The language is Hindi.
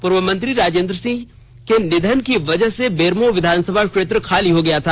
पूर्व मंत्री राजेंद्र प्रसाद सिंह के निधन की वजह से बेरमो विधानसभा क्षेत्र खाली हो गया था